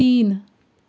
तीन